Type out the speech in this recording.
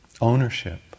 ownership